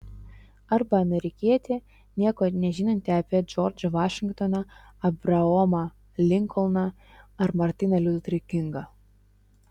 arba amerikietį nieko nežinantį apie džordžą vašingtoną abraomą linkolną ar martyną liuterį kingą